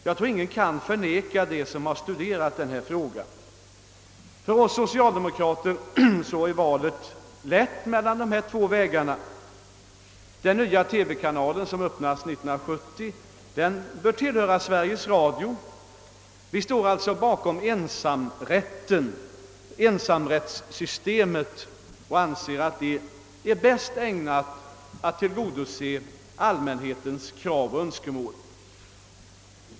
Jag tror att ingen som har studerat denna fråga kan förneka det. För oss socialdemokrater är valet lätt mellan dessa två vägar. Den nya TV kanalen, som öppnas år 1970, bör tillhöra Sveriges Radio. Vi står alltså bakom ensamrättssystemet, som vi anser bäst ägnat att tillgodose allmänhetens krav och önskemål.